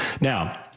Now